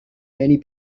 many